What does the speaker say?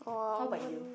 how about you